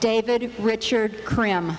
david richard cram